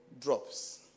drops